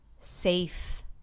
safe